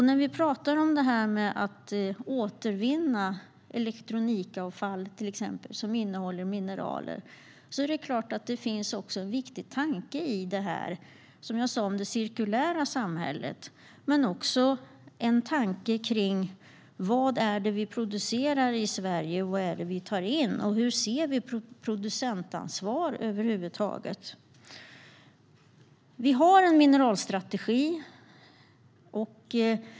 När vi talar om det här med att återvinna till exempel elektronikavfall som innehåller mineraler är det klart att det finns en viktig tanke i det om det cirkulära samhället men också en tanke om vad det är vi producerar i Sverige, vad det är vi tar in och hur vi ser på producentansvar över huvud taget. Vi har en mineralstrategi.